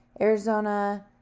Arizona